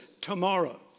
tomorrow